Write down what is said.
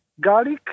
garlic